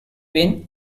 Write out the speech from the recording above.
been